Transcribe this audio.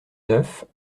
neuf